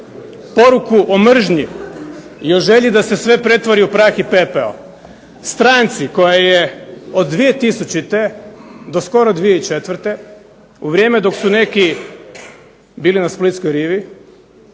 poruku o mržnji i o želji da se sve pretvori u prah i pepeo, stranci koja je od 2000. do skoro 2004., u vrijeme dok su neki bili na splitskoj rivi